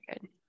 good